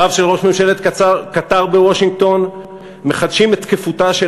דבריו של ראש ממשלת קטאר בוושינגטון מחדשים את תקפותה של